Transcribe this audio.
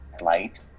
light